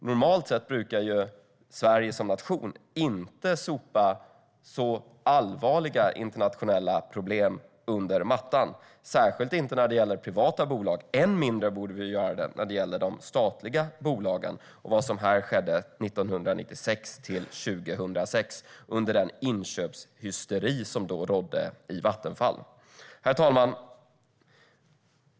Normalt sett brukar Sverige som nation inte sopa så allvarliga internationella problem under mattan, särskilt inte när det gäller privata bolag. Än mindre borde vi göra det när det gäller ett statligt bolag och vad som här skedde 1996-2006 under den inköpshysteri som då rådde i Vattenfall. Herr talman!